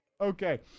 okay